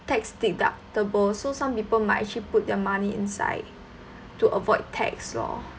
tax deductible so some people might actually put their money inside to avoid tax loh